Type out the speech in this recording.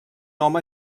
home